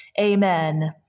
amen